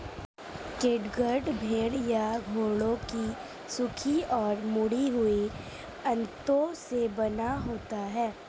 catgut भेड़ या घोड़ों की सूखी और मुड़ी हुई आंतों से बना होता है